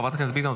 חברת הכנסת ביטון,